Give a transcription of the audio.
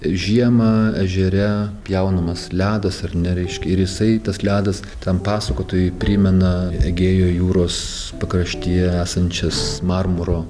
žiemą ežere pjaunamas ledas ar ne reiškia ir jisai tas ledas tam pasakotojui primena egėjo jūros pakraštyje esančias marmuro